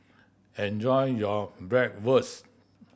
enjoy your Bratwurst